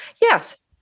Yes